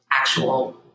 actual